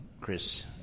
Chris